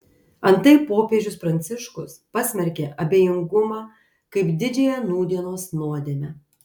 antai popiežius pranciškus pasmerkė abejingumą kaip didžiąją nūdienos nuodėmę